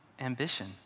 ambition